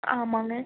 ஆமாங்க